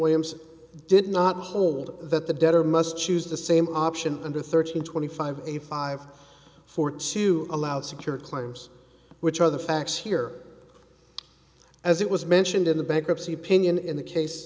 williams did not hold that the debtor must choose the same option under thirteen twenty five a five for two allowed secure claims which are the facts here as it was mentioned in the bankruptcy opinion in the case